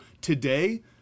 today